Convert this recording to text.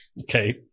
okay